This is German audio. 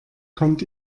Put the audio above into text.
kommt